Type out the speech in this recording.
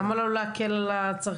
למה לא להקל על הצרכן?